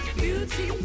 beauty